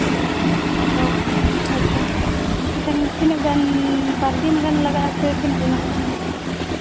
ᱚᱸᱻ ᱦᱚᱸ ᱦᱳᱭᱴᱚ ᱢᱮᱱᱠᱷᱟᱱ ᱛᱤᱱᱟᱹᱜ ᱜᱟᱱ ᱵᱟᱨᱫᱤᱱ ᱜᱟᱱ ᱞᱟᱜᱟᱜ ᱟᱥᱮ ᱛᱤᱱᱟᱹᱜ ᱜᱟᱱ